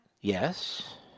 Yes